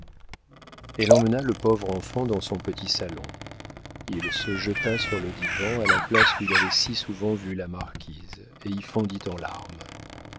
elle emmena le pauvre enfant dans son petit salon il se jeta sur le divan à la place où il avait si souvent vu la marquise et y fondit en larmes